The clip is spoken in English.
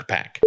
Pack